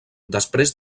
després